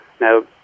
Now